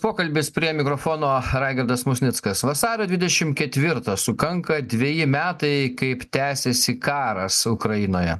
pokalbis prie mikrofono raigardas musnickas vasario dvidešimt ketvirtą sukanka dveji metai kaip tęsiasi karas ukrainoje